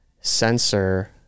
sensor